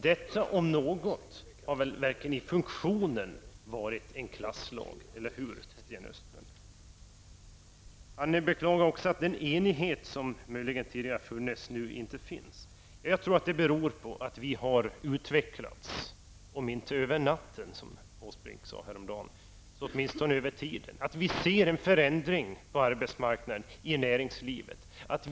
Detta om något har väl, sett till funktionen, varit en klasslag -- eller hur, Sten Östlund? Vidare beklagar Sten Östlund att den enighet som tidigare fanns -- om det nu har funnits någon sådan -- inte längre finns. Jag tror att det hela bottnar i att vi har utvecklats -- om inte över en natt, som Erik Åsbrink sade häromdagen, så åtminstone över tiden. Det har skett en förändring på arbetsmarknaden när det gäller arbetslivet.